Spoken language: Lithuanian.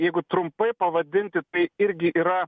jeigu trumpai pavadinti tai irgi yra